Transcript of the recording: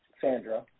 Sandra